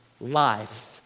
life